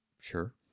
Sure